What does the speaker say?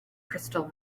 crystal